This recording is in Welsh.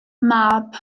mab